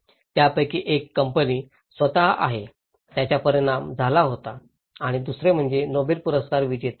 त्यापैकी एक कंपनी स्वतःच आहे ज्याचा परिणाम झाला होता आणि दुसरे म्हणजे नोबेल पुरस्कार विजेते गट